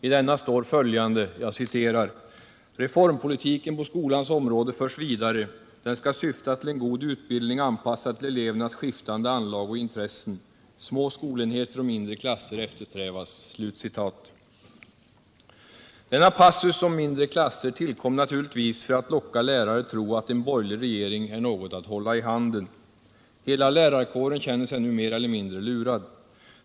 I denna står följande: ”Reformpolitiken på skolans område förs vidare. Den skall syfta till en god utbildning anpassad till elevernas skiftande anlag och intressen. Små skolenheter och mindre klasser eftersträvas.” Denna passus om mindre klasser tillkom naturligtvis för att locka lärare att tro att en borgerlig regering är något att ”hålla i handen”. Hela lärarkåren känner sig nu mer eller mindre lurad.